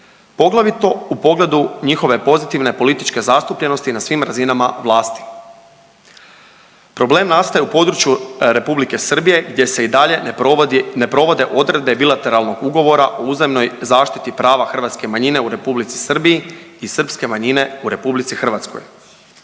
Poglavito u pogledu njihove pozitivne političke zastupljenosti na svim razinama vlasti. Problem nastaje u području Republike Srbije gdje se i dalje ne provodi, provode odredbe bilateralnog ugovora o uzajamnoj zaštiti prava hrvatske manjine u Republici Srbiji i srpske manjine u RH.